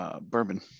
Bourbon